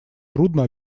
трудно